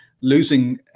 losing